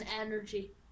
energy